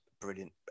brilliant